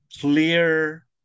Clear